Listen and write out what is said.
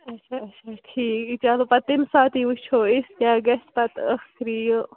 اَچھا اَچھا ٹھیٖک چَلو پتہٕ تیٚمہِ ساتٕے وُچھُو أسۍ کیٛاہ گَژھِ پتہٕ ٲخری یہِ